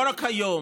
לא רק היום,